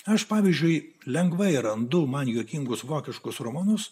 aš pavyzdžiui lengvai randu man juokingus vokiškus romanus